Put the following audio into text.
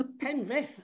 Penrith